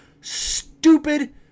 stupid